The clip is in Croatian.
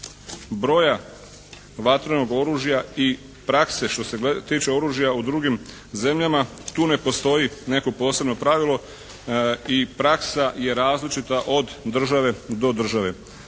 broja vatrenog oružja i prakse što se tiče u drugim zemljama, tu ne postoji neko posebno pravilo i praksa je različita od države do države.